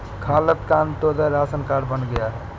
खालिद का Antyodaya ration card बन गया है